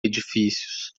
edifícios